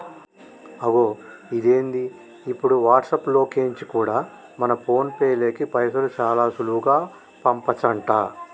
అగొ ఇదేంది ఇప్పుడు వాట్సాప్ లో కెంచి కూడా మన ఫోన్ పేలోకి పైసలు చాలా సులువుగా పంపచంట